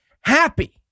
happy